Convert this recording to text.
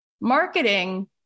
marketing